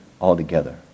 altogether